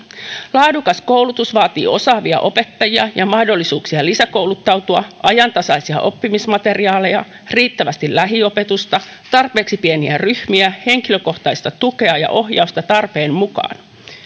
laadukas koulutus vaatii osaavia opettajia ja mahdollisuuksia lisäkouluttautua ajantasaisia oppimismateriaaleja riittävästi lähiopetusta tarpeeksi pieniä ryhmiä henkilökohtaista tukea ja ohjausta tarpeen mukaan